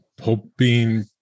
hoping